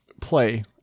play